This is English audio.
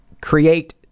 create